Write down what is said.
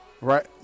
right